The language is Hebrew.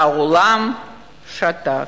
והעולם שתק.